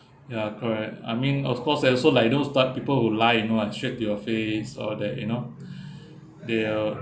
ya correct I mean of course I also like you know start people who lie you know like straight to your face or that you know they uh